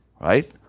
right